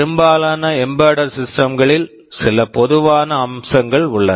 பெரும்பாலான embedded systems embedded systems களில் சில பொதுவான அம்சங்கள் உள்ளன